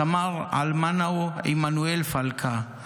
סמ"ר עלמנאו עמנואל פלקה,